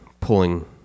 pulling